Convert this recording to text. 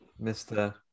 Mr